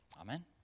Amen